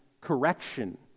correction